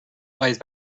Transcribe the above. vaid